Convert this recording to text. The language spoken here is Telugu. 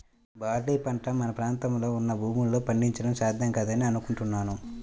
బార్లీ పంట మన ప్రాంతంలో ఉన్న భూముల్లో పండించడం సాధ్యం కాదని అనుకుంటున్నాను